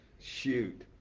Shoot